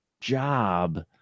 job